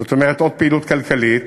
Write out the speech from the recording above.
זאת אומרת, עוד פעילות כלכלית,